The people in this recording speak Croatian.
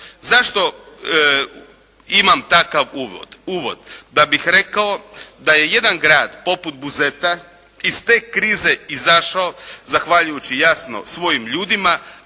Zašto imam takav uvod? Da bih rekao da je jedan grad poput Buzeta iz te krize izašao zahvaljujući jasno svojim ljudima,